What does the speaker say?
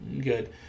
good